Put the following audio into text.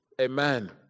Amen